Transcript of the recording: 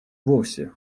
вовсе